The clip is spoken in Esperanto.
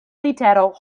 litero